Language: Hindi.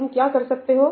तुम क्या कर सकते हो